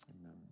amen